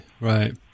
right